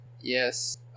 Yes